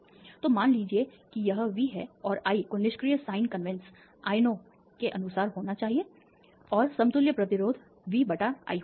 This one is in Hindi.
तो मान लीजिए कि यह V है और I को निष्क्रिय साइन कॉवेन्स आयनों के अनुसार होना चाहिए और समतुल्य प्रतिरोध V बटा I होगा